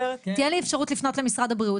תהיה לי אפשרות לפנות למשרד הבריאות